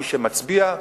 מי שמצביע,